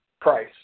price